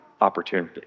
opportunity